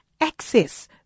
access